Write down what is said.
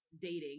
dating